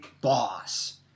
boss